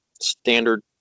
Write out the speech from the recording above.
standard